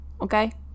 okay